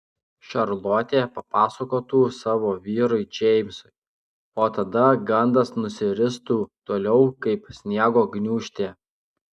šarlotė papasakotų savo vyrui džeimsui o tada gandas nusiristų toliau kaip sniego gniūžtė